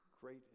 Great